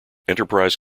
enterprise